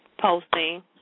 posting